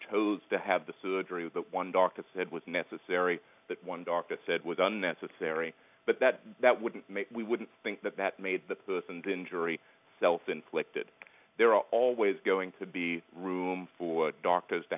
chose to have the surgery one doctor said was necessary that one doctor said was unnecessary but that that wouldn't make we wouldn't think that that made the person the injury self inflicted there are always going to be room for doctors to